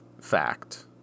fact